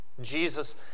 Jesus